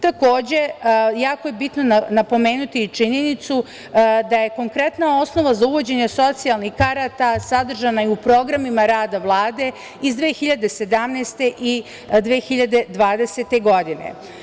Takođe, jako je bitno napomenuti i činjenicu da je konkretna osnova za uvođenje socijalnih karata sadržana u programima rada Vlade iz 2017. i 2020. godine.